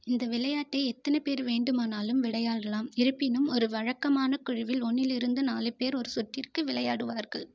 இந்த விளையாட்டை எத்தனை பேர் வேண்டுமானாலும் விளையாடலாம் இருப்பினும் ஒரு வழக்கமான குழுவில் ஒன்றிலிருந்து நாலு பேர் ஒரு சுற்றிற்கு விளையாடுவார்கள்